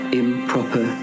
improper